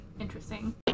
interesting